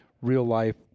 real-life